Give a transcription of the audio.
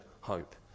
hope